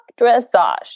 dressage